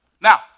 Now